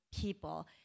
people